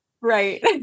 Right